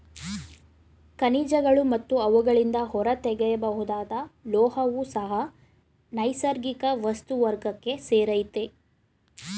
ಖನಿಜಗಳು ಮತ್ತು ಅವುಗಳಿಂದ ಹೊರತೆಗೆಯಬಹುದಾದ ಲೋಹವೂ ಸಹ ನೈಸರ್ಗಿಕ ವಸ್ತು ವರ್ಗಕ್ಕೆ ಸೇರಯ್ತೆ